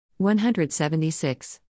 176